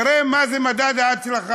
תראה מה זה מדד ההצלחה.